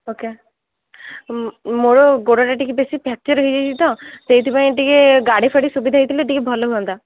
okay ମୋର ଗୋଡ଼ଟା ଟିକେ ବେଶି ଫ୍ରାକ୍ଚର୍ ହେଇଯାଇଛି ତ ସେଇଥିପାଇଁ ଟିକେ ଗାଡ଼ି ଫାଡ଼ି ସୁବିଧା ହୋଇଥିଲା ଭଲ ହୁଅନ୍ତା